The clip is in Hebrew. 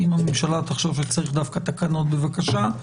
אם הממשלה תחשוב שצריך דווקא תקנות, בבקשה.